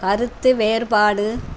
கருத்து வேறுபாடு